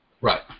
Right